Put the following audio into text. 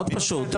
מאוד פשוט,